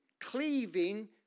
cleaving